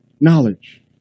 knowledge